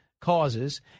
causes